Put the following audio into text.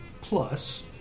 plus